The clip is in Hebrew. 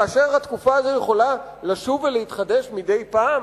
כאשר התקופה הזאת יכולה לשוב ולהתחדש מדי פעם?